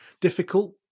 difficult